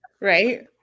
Right